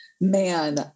man